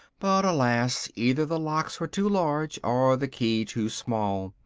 but alas! either the locks were too large, or the key too small,